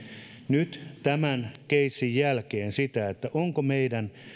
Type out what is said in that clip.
nyt tämän keissin jälkeen meidän